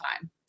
time